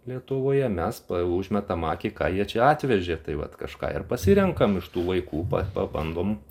lietuvoje mes užmetam akį ką jie čia atvežė tai vat kažką ir pasirenkam iš tų vaikų pa pabandom